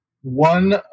One